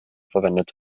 verwendet